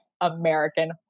American